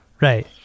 right